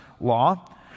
law